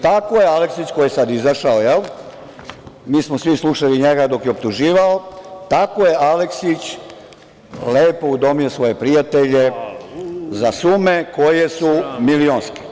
Tako je Aleksić, koji je sada izašao, mi smo svi slušali njega dok je optuživao, tako je Aleksić lepo udomio svoje prijatelje za sume koje su milionske.